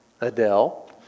Adele